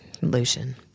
Lucian